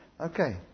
Okay